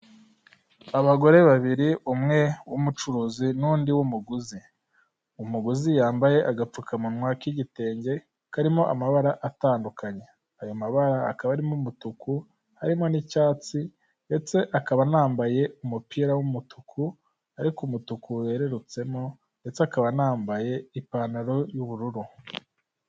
Abagore babiri, umwe w'umucuruzi n'undi wumuguzi, umuguzi yambaye agapfukamunwa k'igitenge, karimo amabara atandukanye, ayo mabara akaba arimo umutuku, harimo n'icyatsi ndetse akaba anambaye umupira w'umutuku ariko umutuku werererutsemo, ndetse akaba anambaye ipantaro y'ubururu.